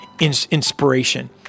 inspiration